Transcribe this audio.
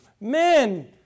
men